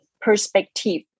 perspective